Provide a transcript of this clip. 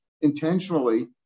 intentionally